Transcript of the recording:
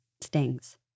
stings